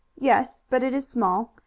yes, but it is small.